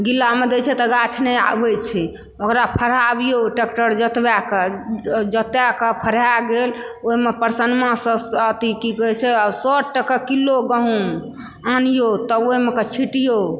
गिलामे दै छै तऽ गाछ नहि आबै छै ओकरा फरहाबियौ टेक्टर जोतबाए कऽ जोताए कऽ फरहाए गेल ओहिमे प्रसनमा सऽ अथी की कहै छै सए टाका किलो गहूॅंम आनियौ तऽ ओहिमे कऽ छिटयौ